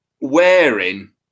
Wearing